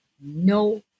No